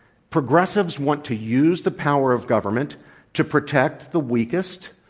progressives want to use the power of government to protect the weakest,